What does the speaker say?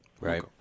Right